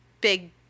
big